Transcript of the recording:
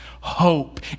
hope